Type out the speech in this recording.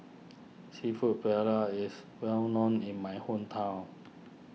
Seafood Paella is well known in my hometown